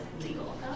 legal